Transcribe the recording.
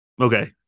Okay